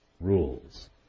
rules